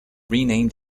renamed